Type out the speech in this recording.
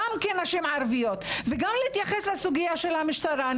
גם כנשים ערביות וגם להתייחס לסוגיה של המשטרה.